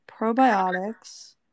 Probiotics